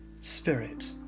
Spirit